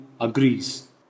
agrees